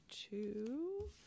two